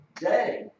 day